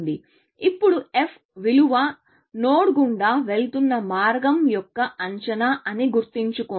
ఇప్పుడు f విలువ node గుండా వెళుతున్న మార్గం యొక్క అంచనా అని గుర్తుంచుకోండి